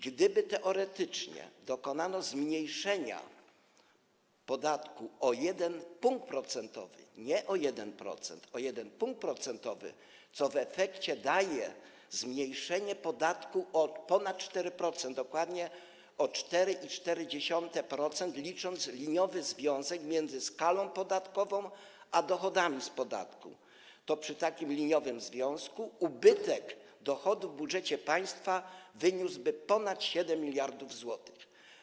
Gdyby teoretycznie dokonano zmniejszenia podatku o 1 punkt procentowy, nie o 1%, ale o 1 punkt procentowy, co w efekcie daje zmniejszenie podatku o ponad 4%, dokładnie o 4,4%, licząc liniowy związek między skalą podatkową a dochodami z podatku, to przy takim liniowym związku ubytek dochodu w budżecie państwa wyniósłby ponad 7 mld zł.